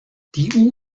die